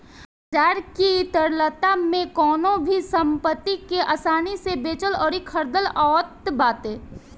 बाजार की तरलता में कवनो भी संपत्ति के आसानी से बेचल अउरी खरीदल आवत बाटे